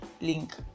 link